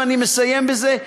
ואני מסיים בזה,